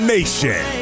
Nation